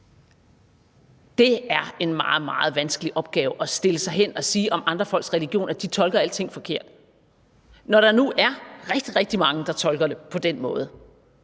Det er en meget, meget vanskelig opgave at stille sig hen og sige om andre folks religion, at de tolker alting forkert, når der nu er rigtig, rigtig mange, der tolker det på den måde.